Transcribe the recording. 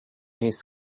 his